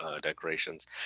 decorations